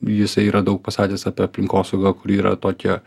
jisai yra daug pasakęs apie aplinkosaugą kuri yra tokia